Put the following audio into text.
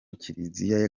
kiliziya